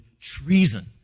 treason